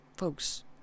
Folks